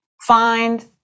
find